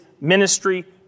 ministry